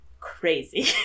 crazy